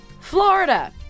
Florida